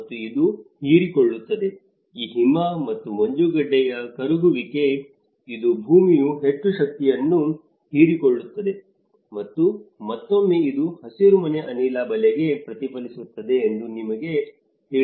ಮತ್ತು ಇದು ಹೀರಿಕೊಳ್ಳುತ್ತದೆ ಈ ಹಿಮ ಮತ್ತು ಮಂಜುಗಡ್ಡೆಯ ಕರಗುವಿಕೆ ಇದು ಭೂಮಿಯು ಹೆಚ್ಚು ಶಕ್ತಿಯನ್ನು ಹೀರಿಕೊಳ್ಳುತ್ತದೆ ಮತ್ತು ಮತ್ತೊಮ್ಮೆ ಇದು ಹಸಿರುಮನೆ ಅನಿಲ ಬಲೆಗೆ ಪ್ರತಿಫಲಿಸುತ್ತದೆ ಎಂದು ನಿಮಗೆ ತಿಳಿದಿದೆ